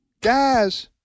guys